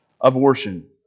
abortion